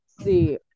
see